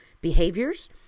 behaviors